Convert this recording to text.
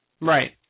Right